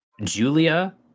Julia